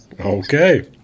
Okay